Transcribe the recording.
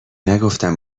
نگفتم